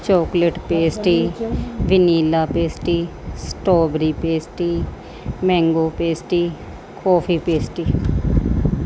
chocolate pastry vanilla pastry strawberry pastry mango pastry coffee pastry